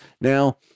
Now